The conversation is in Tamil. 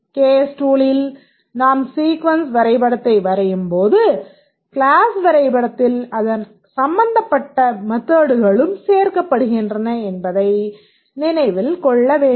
கேஸ் டூலில் நாம் சீக்வென்ஸ் வரைபடத்தை வரையும் போது க்ளாஸ் வரைபடத்தில் அதன் சம்பந்தப்பட்ட மெத்தட்களும் சேர்க்கப்படுகின்றன என்பதை நினைவில் கொள்ள வேண்டும்